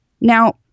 Now